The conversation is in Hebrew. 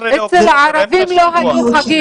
אצל הערבים לא היו חגים.